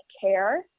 care